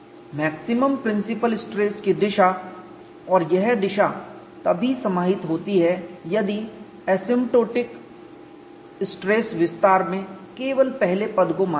maximum principal stress की दिशा और यह दिशा तभी समाहित होती है यदि एसिम्प्टोटिक स्ट्रेस विस्तार में केवल पहले पद को माना जाए